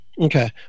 Okay